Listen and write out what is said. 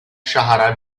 sahara